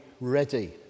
ready